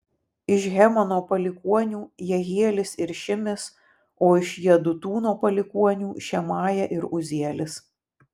iš hemano palikuonių jehielis ir šimis o iš jedutūno palikuonių šemaja ir uzielis